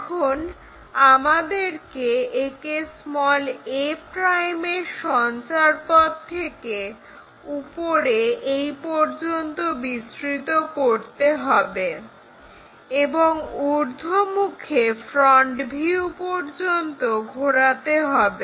এখন আমাদেরকে একে a' এর সঞ্চারপথ থেকে উপরে এই পর্যন্ত বিস্তৃত করতে হবে এবং ঊর্ধ্বমুখে ফ্রন্ট ভিউ পর্যন্ত ঘোরাতে হবে